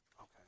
Okay